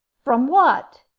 from what?